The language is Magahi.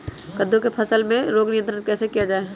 कददु की फसल में रोग नियंत्रण कैसे किया जाए?